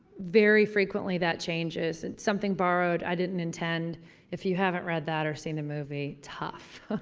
very frequently that changes. in something borrowed i didn't intend if you haven't read that or seen the movie, tough.